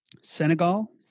Senegal